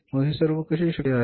मग हे सर्व कसे शक्य आहे